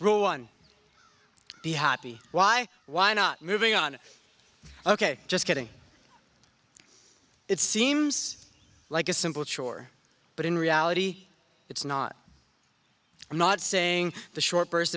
the happy why why not moving on ok just getting it seems like a simple chore but in reality it's not i'm not saying the short burst